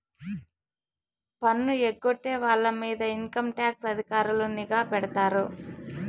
పన్ను ఎగ్గొట్టే వాళ్ళ మీద ఇన్కంటాక్స్ అధికారులు నిఘా పెడతారు